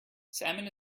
salmon